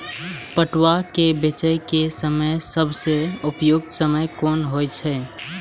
पटुआ केय बेचय केय सबसं उपयुक्त समय कोन होय छल?